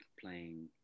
playing